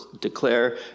declare